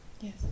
Yes